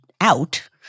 out